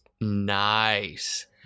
Nice